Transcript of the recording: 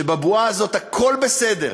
שבבועה הזאת הכול בסדר,